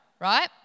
right